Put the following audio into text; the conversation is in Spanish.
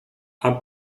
han